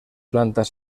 plantas